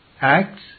Acts